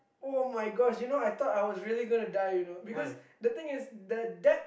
[oh]-my-God you know I thought I was really going to die you know because the thing is the depth